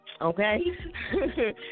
Okay